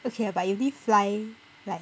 okay but it only fly like